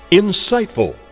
insightful